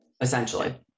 essentially